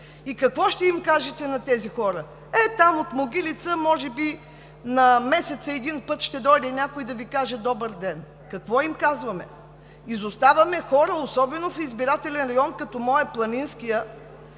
е. Какво ще им кажете на тези хора? Ей там, от Могилица, може би на месеца един път ще дойде някой да Ви каже: „Добър ден!“ Какво им казваме? Изоставяме хора, особено в избирателен район като моя – планинския,